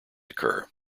occur